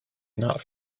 not